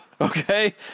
Okay